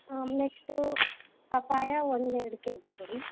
ಹಾಂ next papaya ಒಂದು ಎರ್ಡು ಕೆ ಜಿ ಕೊಡಿ